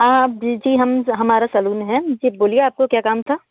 हाँ जी जी हम हमारा सलून हैं जी बोलिए आपको क्या काम था